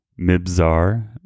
Mibzar